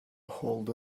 hold